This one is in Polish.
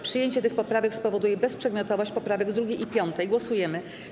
Przyjęcie tych poprawek spowoduje bezprzedmiotowość poprawek 2. i 5. Głosujemy.